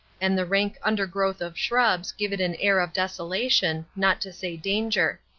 and the rank undergrowth of shrubs give it an air of desolation, not to say danger.